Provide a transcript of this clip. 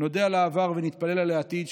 נודה על העבר ונתפלל על העתיד,